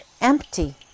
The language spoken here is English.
empty